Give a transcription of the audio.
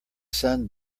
sun